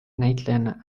näitlejanna